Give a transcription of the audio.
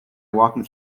walking